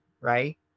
right